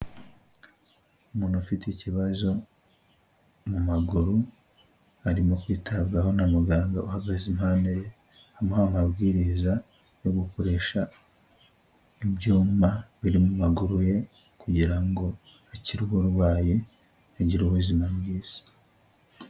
Umuntu ufite ikibazo mu maguru, arimo kwitabwaho na muganga uhagaze impande ye, amuha amabwiriza yo gukoresha ibyuma biri mu maguru ye, kugira ngo akire uburwayi, agire ubuzima bwiza.